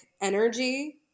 energy